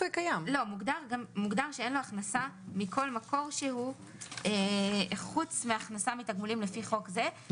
מוגדר שאין לו הכנסה מכל מקור שהוא פרט להכנסה מתגמולים לפי חוק זה,